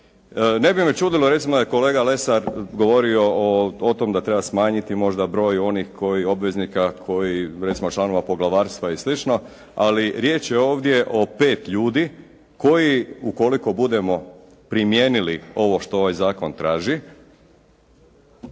ne bi me čudilo recimo da je kolega Lesar govorio o tom da treba smanjiti možda broj onih koji, obveznika koji, recimo članova poglavarstva i slično, ali riječ je ovdje o 5 ljudi koji ukoliko budemo primijenili ovo što ovaj zakon traži